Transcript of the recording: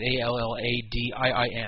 A-L-L-A-D-I-I-N